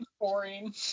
boring